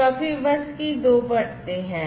Profibus की दो परतें हैं